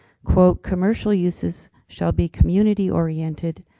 commercial uses shall be community oriented,